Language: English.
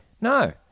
no